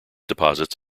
deposits